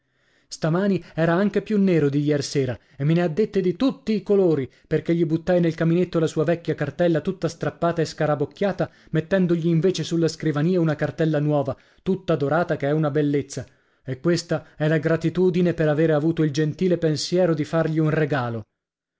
stamani era anche più nero di iersera e me ne ha dette di tutti i colori perché gli buttai nel caminetto la sua vecchia cartella tutta strappata e scarabocchiata mettendogli invece sulla scrivania una cartella nuova tutta dorata che è una bellezza e questa è la gratitudine per avere avuto il gentile pensiero di fargli un regalo